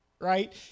right